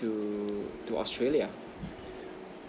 to to australia